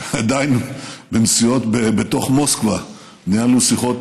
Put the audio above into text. עדיין בנסיעות בתוך מוסקבה ניהלנו שיחות